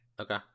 Okay